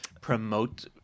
promote